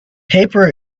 paper